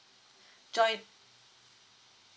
joint